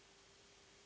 Hvala.